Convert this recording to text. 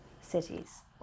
cities